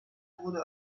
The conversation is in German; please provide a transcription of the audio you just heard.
wurde